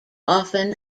often